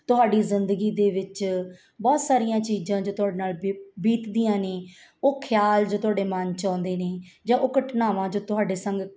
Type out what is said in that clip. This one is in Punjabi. ਤੁਹਾਡੀ ਜ਼ਿੰਦਗੀ ਦੇ ਵਿੱਚ ਬਹੁਤ ਸਾਰੀਆਂ ਚੀਜ਼ਾਂ ਜੋ ਤੁਹਾਡੇ ਨਾਲ ਬੀ ਬੀਤਦੀਆਂ ਨੇ ਉਹ ਖਿਆਲ ਜੋ ਤੁਹਾਡੇ ਮਨ 'ਚ ਆਉਂਦੇ ਨੇ ਜਾਂ ਉਹ ਘਟਨਾਵਾਂ ਜੋ ਤੁਹਾਡੇ ਸੰਗ